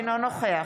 אינו נוכח